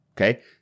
okay